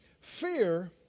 Fear